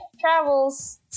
travels